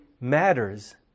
matters